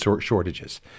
shortages